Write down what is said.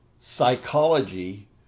psychology